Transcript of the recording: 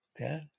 okay